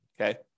Okay